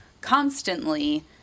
constantly